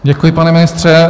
Děkuji, pane ministře.